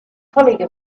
colleague